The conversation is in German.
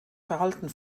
verhalten